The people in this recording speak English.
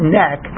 neck